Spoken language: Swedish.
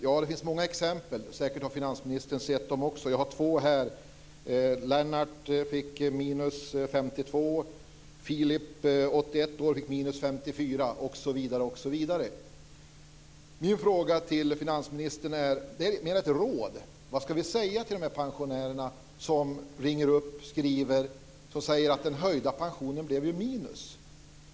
Det finns många exempel. Finansministern har säkert sett dem också. Jag har två här. Lennart fick minus 52 kr. Filip, 81 år, fick minus Min fråga till finansministern, som mera är ett råd, lyder: Vad ska vi säga till de pensionärer som ringer upp eller skriver och som säger att den höjda pensionen ju blev minus?